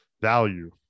value